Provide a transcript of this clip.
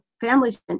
families